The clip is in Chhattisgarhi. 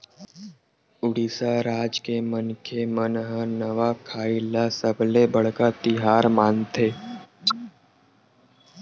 उड़ीसा राज के मनखे मन ह नवाखाई ल सबले बड़का तिहार मानथे